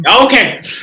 okay